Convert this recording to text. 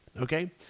okay